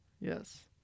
Yes